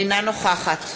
אינה נוכחת